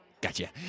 Gotcha